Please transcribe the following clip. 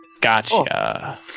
Gotcha